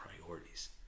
priorities